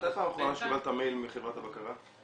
מתי הפעם האחרונה שקיבלת מייל מחברת הבקרה?